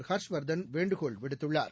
ஹர்ஷ்வர்தன் வேண்டுகோள் விடுத்துள்ளார்